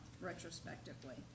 retrospectively